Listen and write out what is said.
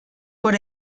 por